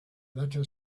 letter